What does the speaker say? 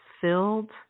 filled